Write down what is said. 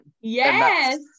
Yes